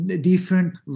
different